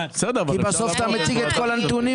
כי בסוף אתה מציג כאן את כל הנתונים.